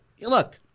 look